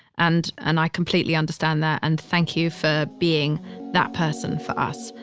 and, and i completely understand that. and thank you for being that person for us.